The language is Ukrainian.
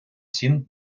цін